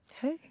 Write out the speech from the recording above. Hey